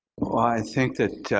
i think that